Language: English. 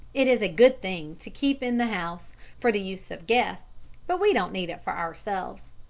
it is a good thing to keep in the house for the use of guests, but we don't need it for ourselves.